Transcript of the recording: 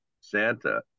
Santa